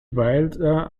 wilder